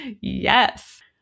yes